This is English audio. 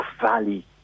valley